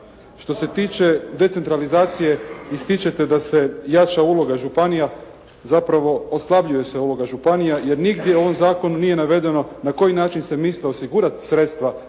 Što se tiče decentralizacije, ističete da se jača ulog županija, zapravo oslabljuje se uloga županija jer nigdje u ovom zakonu nije navedeno na koji način se misle osigurati sredstva